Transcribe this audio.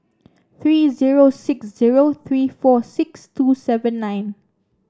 three zero six zero three four six two seven nine